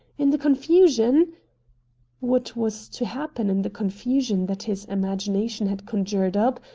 in the confusion what was to happen in the confusion that his imagination had conjured up,